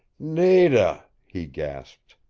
nada! he gasped.